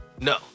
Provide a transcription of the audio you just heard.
No